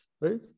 right